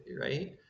right